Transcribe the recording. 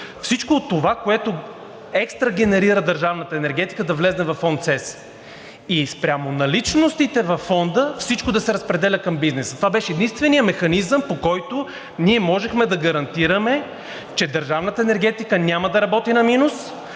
всичко от това, което екстра генерира държавната енергетиката, да влезе във Фонд „Сигурност на електроенергийната система“ и спрямо наличностите във Фонда всичко да се разпределя към бизнеса. Това беше единственият механизъм, по който ние можехме да гарантираме, че държавната енергетика няма да работи на минус